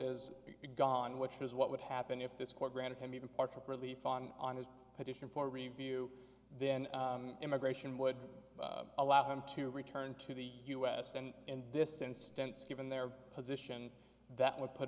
is gone which is what would happen if this court granted him even partial relief on on his petition for review then immigration would allow him to return to the us and in this instance given their position that would put